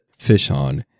fishon